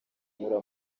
unyura